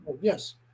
yes